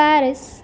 Paris